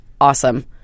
awesome